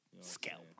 Scalp